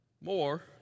more